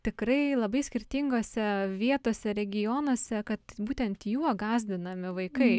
tikrai labai skirtingose vietose regionuose kad būtent juo gąsdinami vaikai